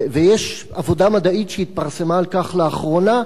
ויש עבודה מדעית שהתפרסמה על כך לאחרונה,